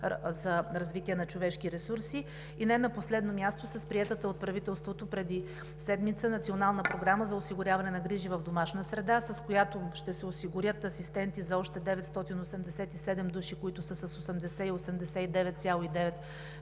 „Развитие на човешките ресурси“, и не на последно място, с приетата от правителството преди седмица Национална програма за осигуряване на грижи в домашна среда, с която ще се осигурят асистенти за още 987 души, които са с 80 и 89,9%